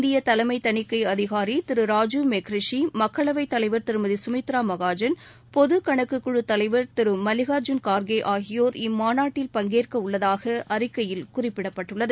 இந்திய தலைமை தணிக்கை அதிகாரி திரு ராஜிவ் மெஹ்ரிஷி மக்களவை தலைவர் திருமதி கமித்ரா மகாஜன் பொது கணக்கு குழு தலைவர் திரு மல்லிகார்ஜூன் கார்கே ஆகியோர் இம்மாநாட்டில் பங்கேற்க உள்ளதாக அறிக்கையில் குறிப்பிடப்பட்டுள்ளது